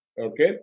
Okay